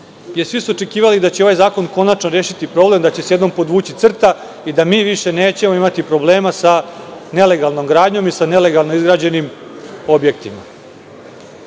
Svi su očekivali da će ovaj zakon konačno rešiti problem, da će se jednom podvući crta i da mi više nećemo imati problema sa nelegalnom gradnjom i sa nelegalno izgrađenim objektima.